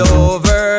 over